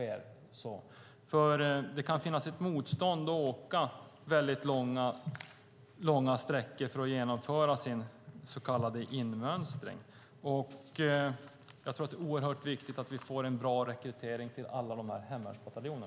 Det kan nämligen finnas ett motstånd mot att åka långa sträckor för att genomföra sin så kallade inmönstring, och det är viktigt att vi får en bra rekrytering till alla hemvärnsbataljoner.